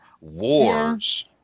wars